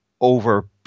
over